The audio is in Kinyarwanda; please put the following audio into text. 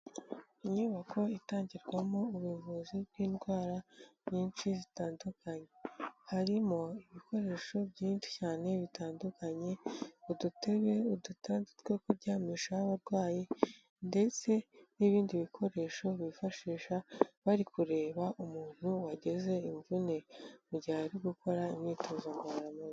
Inyubako itangirwamo ubuvuzi bw'indwara nyinshi zitandukanye, harimo ibikoresho byinshi cyane bitandukanye, udutebe, udutanda two kuryamishaho abarwayi ndetse n'ibindi bikoresho bifashisha bari kureba umuntu wagize imvune, mu gihe ari gukora imyitozo ngororamubiri.